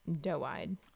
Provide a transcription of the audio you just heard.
doe-eyed